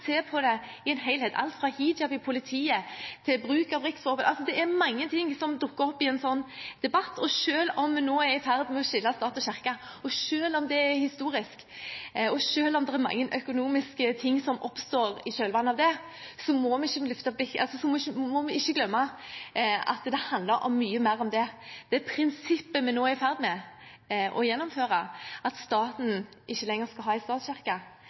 se på det i en helhet – alt ifra hijab i politiet til bruk av riksvåpen. Det er mange ting som dukker opp i en sånn debatt. Selv om vi nå er i ferd med å skille stat og kirke, selv om det er historisk, og selv om det er mange økonomiske ting som oppstår i kjølvannet av det, må vi ikke glemme at det handler om mye mer enn det. Med det prinsippet som vi nå er i ferd med å gjennomføre, at staten ikke lenger skal ha